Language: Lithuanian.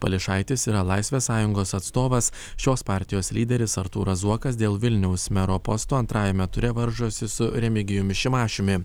pališaitis yra laisvės sąjungos atstovas šios partijos lyderis artūras zuokas dėl vilniaus mero posto antrajame ture varžosi su remigijumi šimašiumi